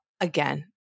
again